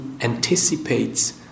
anticipates